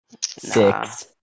Six